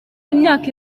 imyaka